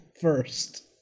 first